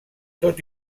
tot